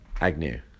Agnew